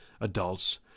adults